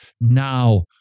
now